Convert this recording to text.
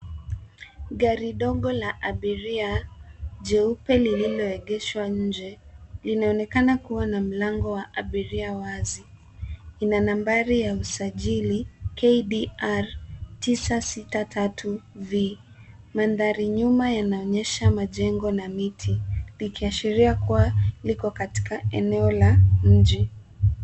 Gari dogo la abiria jeupe lililoegeshwa nje linaonekana kuwa na mlango wa abiria wazi. Ina nambari ya usajili KDR 963V.Mandhari nyuma inaonyesha majengo na miti ikiashiria liko katika maeneo ya mji.